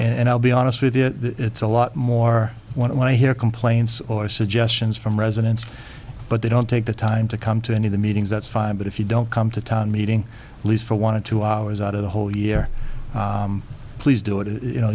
and i'll be honest with it it's a lot more when i hear complaints or suggestions from residents but they don't take the time to come to any of the meetings that's fine but if you don't come to town meeting at least for want to two hours out of the whole year please do it you know